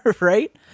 right